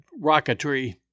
rocketry